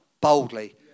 boldly